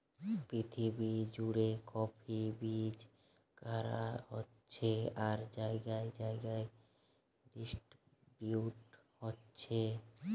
পৃথিবী জুড়ে কফি বিক্রি করা হচ্ছে আর জাগায় জাগায় ডিস্ট্রিবিউট হচ্ছে